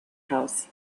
house